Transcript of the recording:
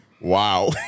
Wow